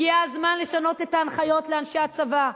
הגיע הזמן לשנות את ההנחיות לאנשי הצבא,